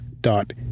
dot